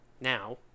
now